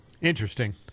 Interesting